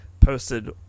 posted